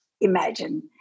imagine